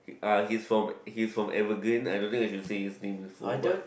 uh he's from he's from Evergreen I don't think I should say his name in full but